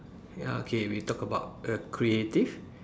ya okay we talk about err creative